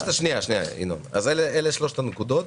אלה שלוש הנקודות.